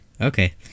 okay